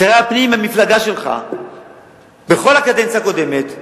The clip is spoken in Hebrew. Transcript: שרי הפנים מהמפלגה שלך בכל הקדנציה הקודמת,